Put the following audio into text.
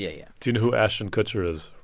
yeah yeah you know who ashton kutcher is,